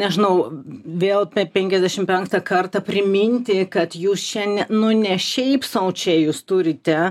nežinau vėl penkiasdešimt penktą kartą priminti kad jūs šiandien nu ne šiaip sau čia jūs turite